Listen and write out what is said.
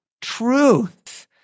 truth